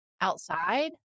outside